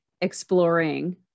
exploring